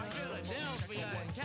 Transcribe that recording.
Philadelphia